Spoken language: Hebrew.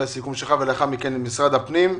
לאחר מכן נשמע את משרד הפנים.